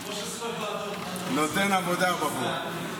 נותן עבודה, הבחור.